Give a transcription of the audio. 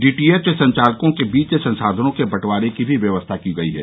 DTH संचालकों के बीच संसाधनों के बटवारे की भी व्यवस्था की गई है